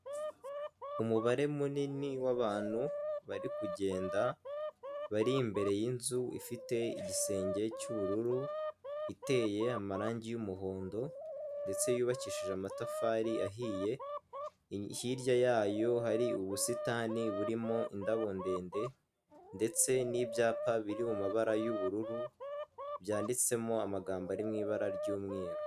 Umubare munini w'abantu bari kugenda, bari imbere y'inzu ifite igisenge cy'ubururu, iteye amarangi y'umuhondo ndetse yubakishije amatafari ahiye, hirya yayo hari ubusitani burimo indabo ndende ndetse n'ibyapa biri mu mabara y'ubururu byanditsemo amagambo ari mu ibara ry'umweru.